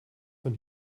von